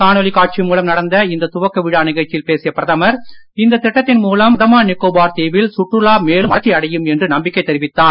காணொளி காட்சி மூலம் நடந்த இந்த துவக்க விழா நிகழ்ச்சியில் பேசிய பிரதமர் இந்த திட்டத்தின் மூலம் அந்தமான் நிகோபார் தீவில் சுற்றுலா மேலும் வளர்ச்சியடையும் என்று நம்பிக்கை தெரிவித்தார்